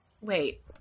Wait